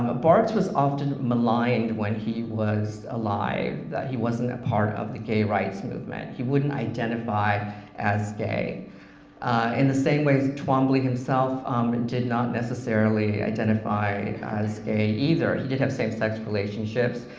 ah barthes was often maligned when he was alive that he wasn't a part of the gay rights movement. he wouldn't identify as gay in the same ways twombly himself um and did not necessarily identify as gay either. he did have same-sex relationships,